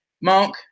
mark